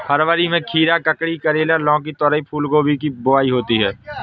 फरवरी में खीरा, ककड़ी, करेला, लौकी, तोरई, फूलगोभी की बुआई होती है